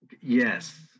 Yes